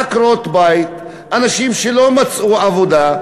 עקרות-בית, אנשים שלא מצאו עבודה.